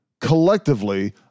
collectively